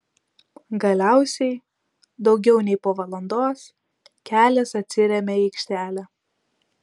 galiausiai daugiau nei po valandos kelias atsiremia į aikštelę